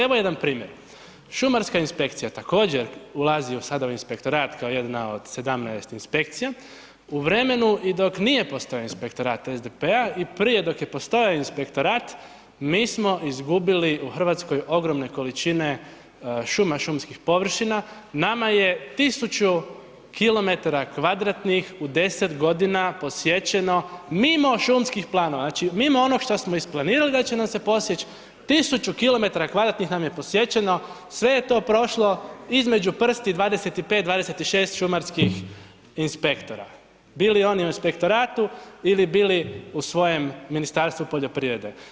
Evo jedan primjer, šumarska inspekcija također ulazi sada u inspektorat kao jedna od 17 inspekcija u vremenu i dok nije postoji inspektorat SDP-a i prije dok je postojao inspektorat, mi smo izgubili u Hrvatskoj ogromne količine šuma i šumskih površina, nama je 1000 km2 u 10 g. posječeno mimo šumskih planova, znači mimo onog što smo isplanirali da će nam se posjeći, 1000 km2 nam je posječeno, sve je to prošlo između prsti, 25, 26 šumarskih inspektora, bilo oni u inspektoratu ili bili u svojem Ministarstvu poljoprivrede.